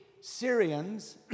Syrians